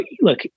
look